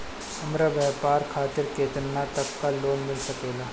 हमरा व्यापार खातिर केतना तक लोन मिल सकेला?